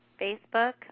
Facebook